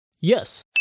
yes